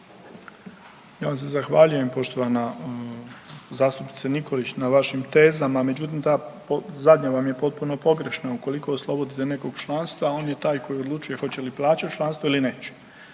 Ja vam se zahvaljujem poštovana zastupnice Nikolić na vašim tezama. Međutim, ta zadnja vam je potpuno pogrešna. Ukoliko oslobodite nekog članstva on je taj koji odlučuje hoće li plaćati članstvo ili neće.